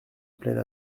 pleine